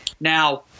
Now